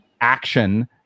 action